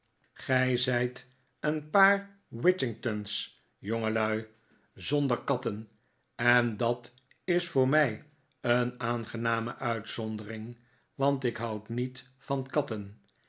gij zijt een paar whittington's jongelui zonder katten en dat is voor mij een aangename uitzondering want ik houd niet van katten